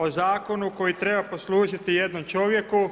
O Zakonu koji treba poslužiti jednom čovjeku